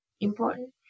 important